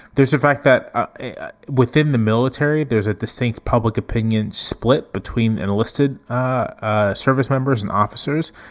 there's a fact that within the military, there's a distinct public opinion split between enlisted ah service members and officers,